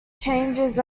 changes